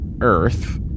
Earth